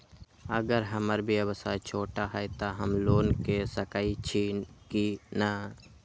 अगर हमर व्यवसाय छोटा है त हम लोन ले सकईछी की न?